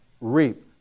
reap